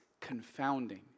confounding